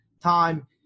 time